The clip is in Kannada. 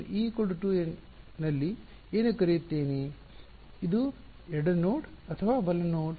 ನಾನು ಇದನ್ನು e2 ನಲ್ಲಿ ಏನು ಕರೆಯುತ್ತೇನೆ ಇದು ಎಡ ನೋಡ್ ಅಥವಾ ಬಲ ನೋಡ್